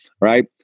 right